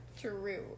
True